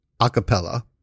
acapella